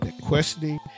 questioning